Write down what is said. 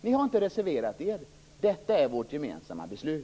Ni har inte reserverat er. Detta är vårt gemensamma beslut.